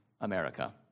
America